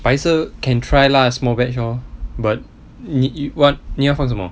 白色 can try lah small batch lor but 你 you want 你要放什么